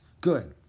Good